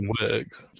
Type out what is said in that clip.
works